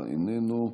שחאדה, איננו,